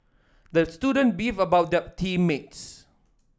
the student beefed about the team mates